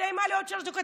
אם היו לי עוד שלוש דקות,